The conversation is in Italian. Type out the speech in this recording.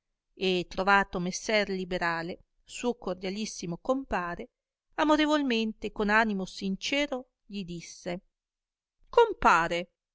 e trovato messer liberale suo cordialissimo compare amorevolmente e con animo sincero gli disse compare